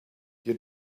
you